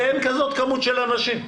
כי אין כזאת כמות של אנשים.